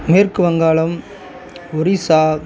மேற்கு வங்காளம் ஒரிசா